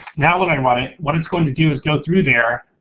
now when i run it, what it's gonna do is go through there,